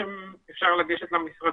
אנחנו מדברים על אותו מקרה אלא לגבי חוק אחר.